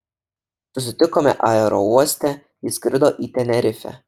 susitikome aerouoste ji skrido į tenerifę